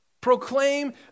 Proclaim